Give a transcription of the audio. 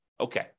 okay